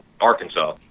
Arkansas